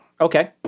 Okay